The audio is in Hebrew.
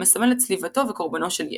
המסמל את צליבתו וקורבנו של ישו.